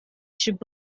should